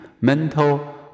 mental